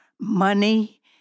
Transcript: money